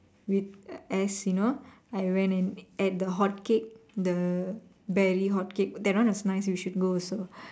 with as you know I went and ate the hotcake the berry hotcake that one was nice you should go also